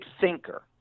thinker